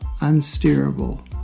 unsteerable